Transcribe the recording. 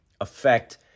affect